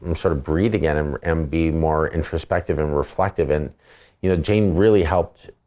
um sort of breathe again and and be more introspective and reflective. and you know jane really helped